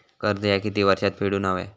कर्ज ह्या किती वर्षात फेडून हव्या?